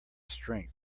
strength